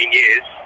years